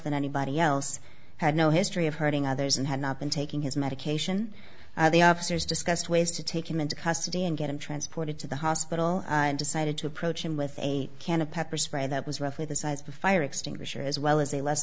than anybody else had no history of hurting others and had not been taking his medication the officers discussed ways to take him into custody and get him transported to the hospital decided to approach him with a can of pepper spray that was roughly the size of a fire extinguisher as well as a less